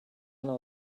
know